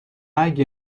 اگه